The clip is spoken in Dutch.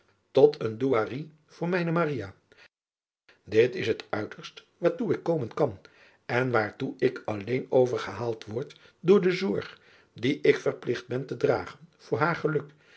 tot een douarie voor mijne it is het uiterst waar toe ik komen kan en waartoe ik alleen overgehaald word door de zorg die ik verpligt ben te dragen voor haar geluk